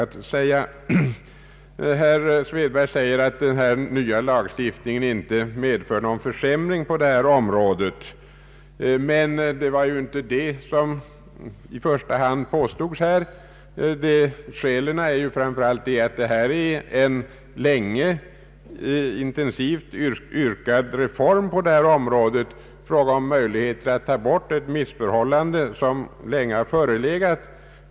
Herr Svedberg säger att den nya lagstiftningen inte medför någon försämring på detta område. Men det var inte det som i första hand påstods här. Skälen är framför allt att detta är en länge intensivt önskad reform, ett krav på möjlighet att ta bort ett missförhållande som länge har existerat.